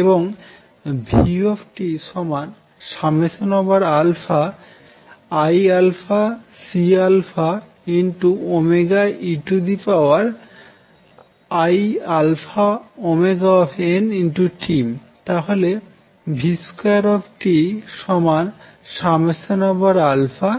এবং v iαCeiαωnt তাহলে v2tiαCωiβCωeiαβωnt